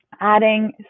adding